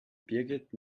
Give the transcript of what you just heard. birgit